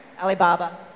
Alibaba